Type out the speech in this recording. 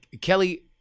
kelly